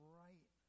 right